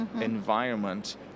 environment